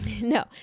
no